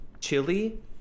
chili